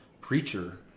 preacher